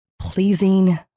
Pleasing